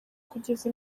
kugeza